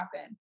happen